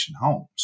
homes